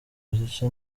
muziki